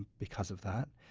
because of that.